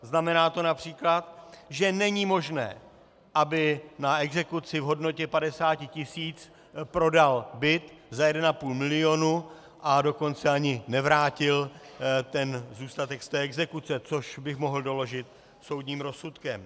Znamená to například, že není možné, aby na exekuci v hodnotě 50 tisíc prodal byt za 1,5 mil., a dokonce ani nevrátil zůstatek z exekuce, což bych mohl doložit soudním rozsudkem.